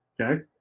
Okay